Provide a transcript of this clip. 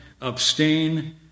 Abstain